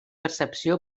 percepció